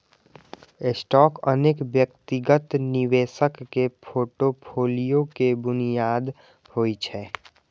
stock अनेक व्यक्तिगत निवेशक के फोर्टफोलियो के बुनियाद होइ छै